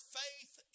faith